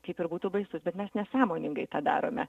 kaip ir būtų baisu bet mes nesąmoningai tą darome